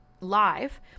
live